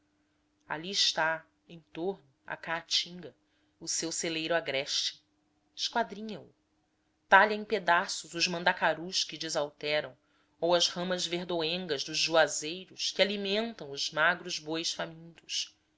ali está em torno a caatinga o seu celeiro agreste esquadrinha o talha em pedaços os mandacarus que desalteram ou as ramas verdoengas dos juazeiros que alimentam os magros bois famintos